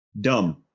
Dumb